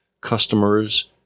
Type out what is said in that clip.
customers